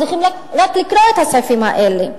צריך רק לקרוא את הסעיפים האלה.